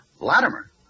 Latimer